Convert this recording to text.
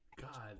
God